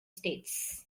states